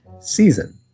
season